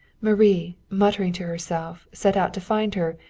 marie, muttering to herself, set out to find her,